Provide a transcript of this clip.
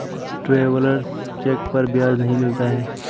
travellers cheque पर ब्याज नहीं मिलता है